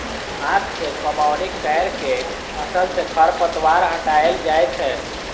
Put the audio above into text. हाथ सं कमौनी कैर के फसल सं खरपतवार हटाएल जाए छै